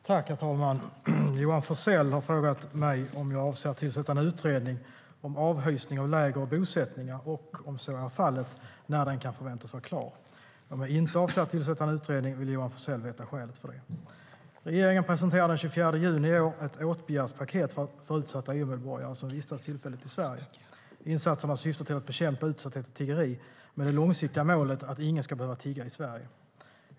Herr talman! Johan Forssell har frågat mig om jag avser att tillsätta en utredning om avhysning av läger och bosättningar och, om så är fallet, när den kan förväntas vara klar. Om jag inte avser att tillsätta en utredning vill Johan Forssell veta skälet till det. Regeringen presenterade den 24 juni i år ett åtgärdspaket för utsatta EU-medborgare som vistas tillfälligt i Sverige. Insatserna syftar till att bekämpa utsatthet och tiggeri, med det långsiktiga målet att ingen ska behöva tigga i Sverige.